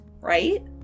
right